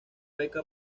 beca